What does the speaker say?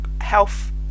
health